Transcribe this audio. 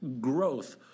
growth